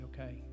okay